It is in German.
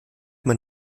man